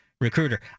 Recruiter